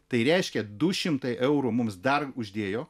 tai reiškia du šimtai eurų mums dar uždėjo